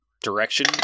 direction